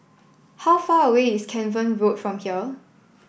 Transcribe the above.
how far away is Cavan Road from here